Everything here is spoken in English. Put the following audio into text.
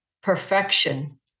perfection